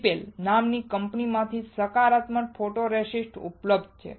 Shipley નામની કંપનીમાંથી સકારાત્મક ફોટોરેસિસ્ટ ઉપલબ્ધ છે